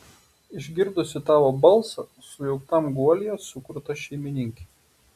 išgirdusi tavo balsą sujauktam guolyje sukruta šeimininkė